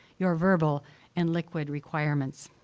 your verbal and liquid requirements.